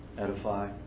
edify